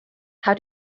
how